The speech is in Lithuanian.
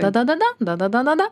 dadada dadadada